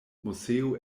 moseo